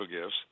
gifts